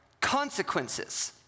consequences